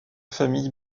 famille